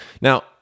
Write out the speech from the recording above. now